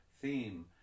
theme